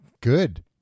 Good